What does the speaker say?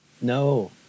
No